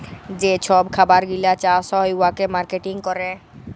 যে ছব খাবার গিলা চাষ হ্যয় উয়াকে মার্কেটিং ক্যরে